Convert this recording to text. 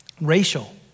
racial